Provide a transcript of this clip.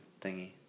Thingy